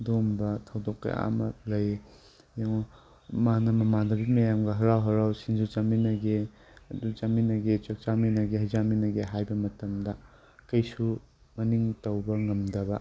ꯑꯗꯨꯒꯨꯝꯕ ꯊꯧꯗꯣꯛ ꯀꯌꯥ ꯑꯃ ꯂꯩ ꯌꯦꯡꯑꯣ ꯃꯥꯅ ꯃꯃꯥꯟꯅꯕꯤ ꯃꯌꯥꯝꯒ ꯍꯔꯥꯎ ꯍꯔꯥꯎ ꯁꯤꯡꯖꯨ ꯆꯥꯃꯤꯟꯅꯒꯦ ꯑꯗꯨ ꯆꯥꯃꯤꯟꯅꯒꯦ ꯆꯥꯛ ꯆꯥꯃꯤꯟꯅꯒꯦ ꯍꯩ ꯆꯥꯃꯤꯟꯅꯒꯦ ꯍꯥꯏꯕ ꯃꯇꯝꯗ ꯀꯩꯁꯨ ꯃꯅꯤꯡ ꯇꯧꯕ ꯉꯝꯗꯕ